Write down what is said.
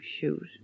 shoot